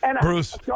Bruce